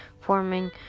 forming